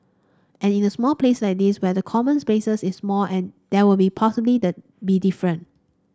and in a small place like this where the common spaces is small and there will possibly be different